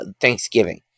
Thanksgiving